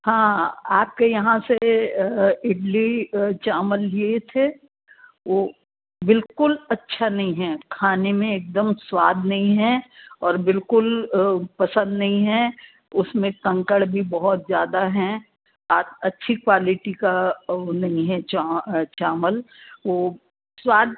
हाँ आपके यहाँ से इडली चावल लिए थे वो बिल्कुल अच्छा नहीं है खाने में एकदम स्वाद नहीं है और बिल्कुल पसंद नहीं है उसमें कंकड़ भी बहुत ज़्यादा हैं अच्छी क्वालिटी का वो नहीं है चावल वो स्वाद